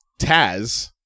Taz